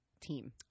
team